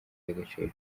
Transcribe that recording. y’agaciro